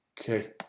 Okay